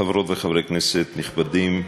חברות וחברי כנסת נכבדים,